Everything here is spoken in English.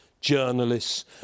journalists